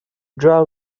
drawer